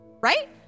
right